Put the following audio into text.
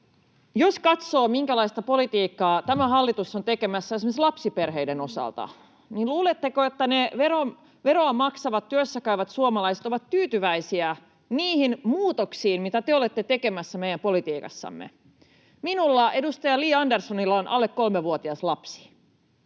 Jos katsoo, minkälaista politiikkaa tämä hallitus on tekemässä esimerkiksi lapsiperheiden osalta, niin luuletteko, että ne veroa maksavat työssäkäyvät suomalaiset ovat tyytyväisiä niihin muutoksiin, mitä te olette tekemässä meidän politiikassamme? Minulla, edustaja Li Anderssonilla, on alle kolmevuotias lapsi.